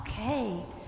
Okay